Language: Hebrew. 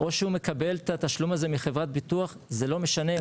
או שהוא מקבל את התשלום הזה מחברת ביטוח זה לא משנה,